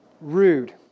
Rude